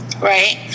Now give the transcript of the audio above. right